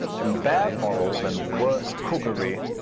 through bad morals and worse cookery.